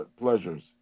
pleasures